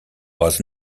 was